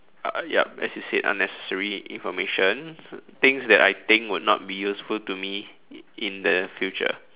uh yup as you said unnecessary information things that I think would not be useful to me in the future